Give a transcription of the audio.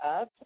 up